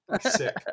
Sick